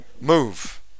Move